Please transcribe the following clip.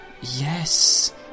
Yes